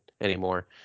anymore